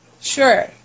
Sure